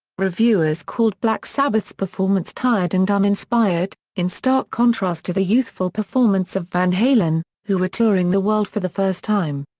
reviewers called black sabbath's performance tired and uninspired, in stark contrast to the youthful performance of van halen, who were touring the world for the first time.